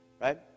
right